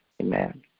Amen